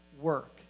work